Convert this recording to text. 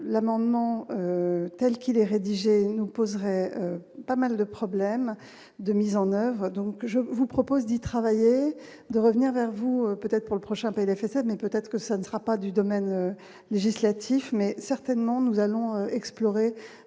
l'amendement telle qu'il est rédigé nous poserait pas mal de problèmes de mise en oeuvre, donc je vous propose d'y travailler de revenir vers vous, peut-être pour le prochain PLFSS mais peut-être que ça ne sera pas du domaine législatif, mais certainement, nous allons explorer la